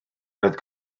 oedd